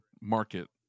market